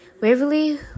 Waverly